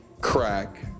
crack